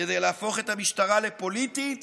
כדי להפוך את המשטרה לפוליטית